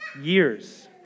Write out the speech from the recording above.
years